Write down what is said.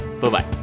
Bye-bye